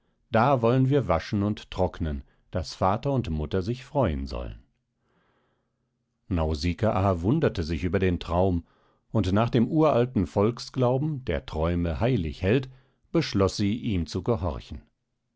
da wollen wir waschen und trocknen daß vater und mutter sich freuen sollen nausikaa wunderte sich über den traum und nach dem uralten volksglauben der träume heilig hält beschloß sie ihm zu gehorchen